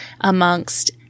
amongst